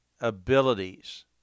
abilities